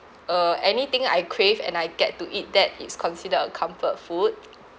uh anything I crave and I get to eat that is considered a comfort food